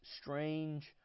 strange